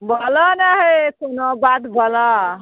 बोलऽ नहि हइ कोनो बादवला